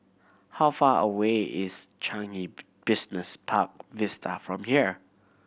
how far away is Changi Business Park Vista from here